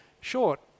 short